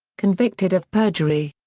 convicted of perjury.